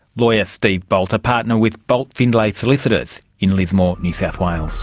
lawyer steve bolt, a partner with bolt findlay solicitors in lismore, new south wales